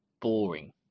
boring